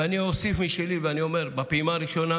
ואני אוסיף משלי ואומר: בפעימה הראשונה